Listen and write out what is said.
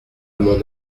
mon